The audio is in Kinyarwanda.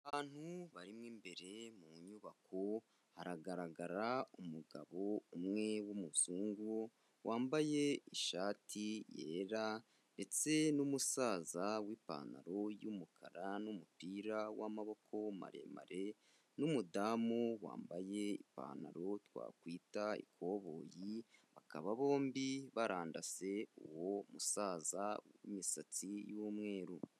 Abantu bari mo imbere mu nyubako, haragaragara umugabo umwe w'umuzungu, wambaye ishati yera ndetse n'umusaza w'ipantaro y'umukara n'umupira w'amaboko maremare n'umudamu wambaye ipantaro twakwita ikoboyi, bakaba bombi barandase uwo musaza w'imisatsi y'umweru.